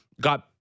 got